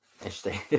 Interesting